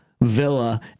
villa